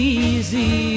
easy